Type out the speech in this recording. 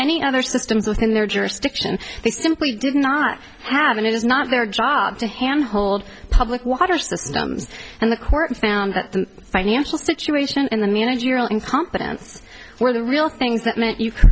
any other systems within their jurisdiction they simply did not have and it is not their job to hand hold public water systems and the court found that the financial situation in the managerial incompetence where the real things that